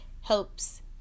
helps